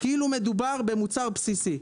כאילו מדובר במוצר בסיסי.